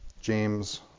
James